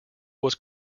was